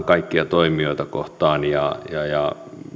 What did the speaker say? kaikkia toimijoita kohtaan ja ja